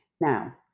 now